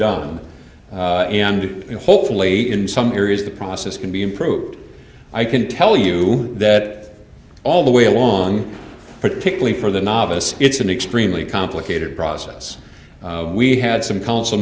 done and hopefully in some areas the process can be improved i can tell you that all the way along particularly for the novice it's an extremely complicated process we had some council